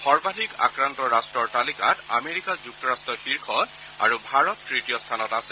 সৰ্বাধিক আক্ৰান্ত ৰট্টৰ তালিকাত আমেৰিকা যুক্তৰট্ট শীৰ্ষত আৰু ভাৰত তৃতীয় স্থানত আছে